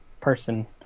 person